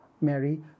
Mary